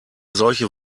solche